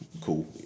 cool